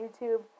YouTube